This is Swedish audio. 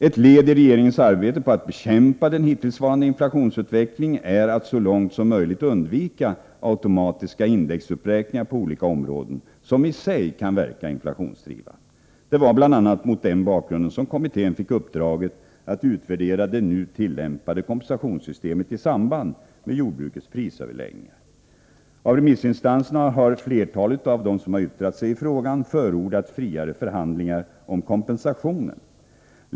Ett led i regeringens arbete när det gäller att bekämpa den hittillsvarande inflationsutvecklingen är att så långt som möjligt undvika automatiska indexuppräkningar på olika områden, som i sig kan verka inflationsdrivande. Det var bl.a. mot denna bakgrund som kommittén fick uppdraget att utvärdera det nu tillämpade kompensationssystemet i samband med jordbrukets prisöverläggningar. Flertalet av de remissinstanser som yttrat sig i frågan har förordat friare förhandlingar om kompensationen.